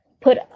put